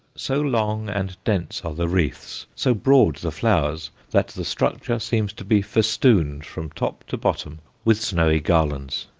so long and dense are the wreaths, so broad the flowers, that the structure seems to be festooned from top to bottom with snowy garlands.